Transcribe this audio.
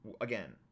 Again